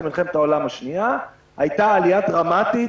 מלחמת העולם השנייה הייתה עלייה דרמטית